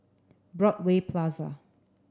Broadway Plaza